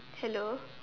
hello